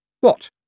What